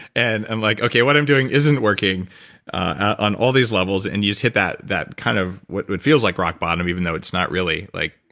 and and like what i'm doing isn't working and all these levels and you just hit that that kind of what what feels like rock bottom even though it's not really like